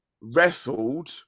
wrestled